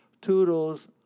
Toodles